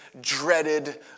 dreaded